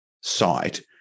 site